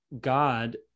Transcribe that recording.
God